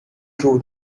true